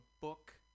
book